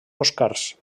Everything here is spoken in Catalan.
oscars